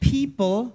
People